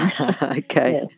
Okay